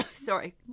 Sorry